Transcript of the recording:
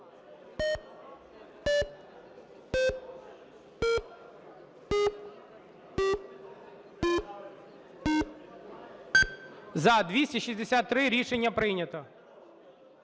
За-263 Рішення прийнято.